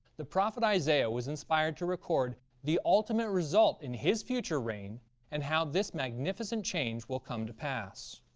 the prophet isaiah was inspired to record the ultimate result in his future reign and how this magnificent change will come to pass